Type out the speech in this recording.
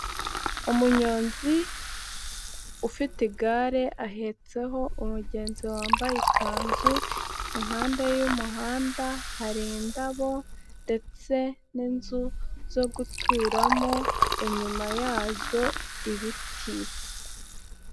Umunyonzi ufite igare ahetseho umugenzi wambaye ikanzu, impande y'umuhanda hari indabo ndetse n'inzu zo guturamo, inyuma yazo, ibiti.